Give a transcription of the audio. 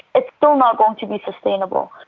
it's still not going to be sustainable.